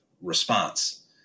response